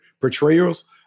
portrayals